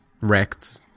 wrecked